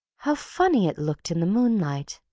how funny it looked in the moonlight!